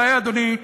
הבעיה, אדוני,